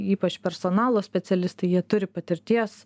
ypač personalo specialistai jie turi patirties